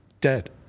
dead